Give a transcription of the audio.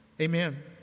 Amen